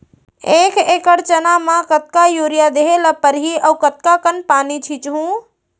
एक एकड़ चना म कतका यूरिया देहे ल परहि अऊ कतका कन पानी छींचहुं?